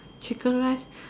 chicken rice